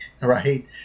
right